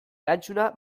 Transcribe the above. erantzuna